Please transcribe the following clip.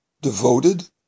devoted